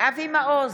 אבי מעוז,